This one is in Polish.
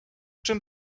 czym